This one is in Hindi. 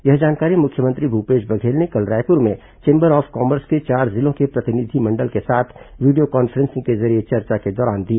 यह जानकारी मुख्यमंत्री भूपेश बघेल ने कल रायपुर में चेंबर्स ऑफ कॉमर्स के चार जिलों के प्रतिनिधिमंडल के साथ वीडियो कॉन्फ्रेसिंग के जरिये चर्चा के दौरान दी